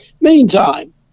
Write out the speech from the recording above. Meantime